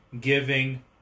giving